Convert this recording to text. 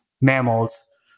mammals